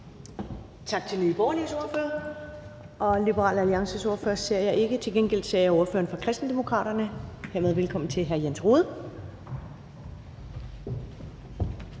Tak til Nye Borgerliges ordfører. Jeg ser ikke Liberal Alliances ordfører, men til gengæld ser jeg ordføreren for Kristendemokraterne, så hermed velkommen til hr. Jens Rohde.